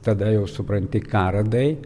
tada jau supranti ką radai